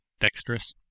dexterous